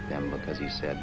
at them because he said